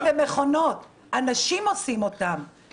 מכיוון שאנחנו עוסקים עכשיו בחוק התפזרות הכנסת,